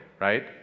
right